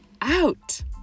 out